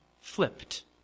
flipped